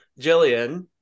Jillian